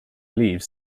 leaves